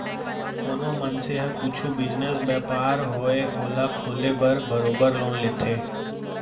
कोनो मनसे ह कुछु बिजनेस, बयपार होवय ओला खोले बर बरोबर लोन लेथे